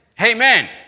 Amen